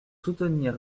soutenir